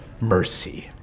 mercy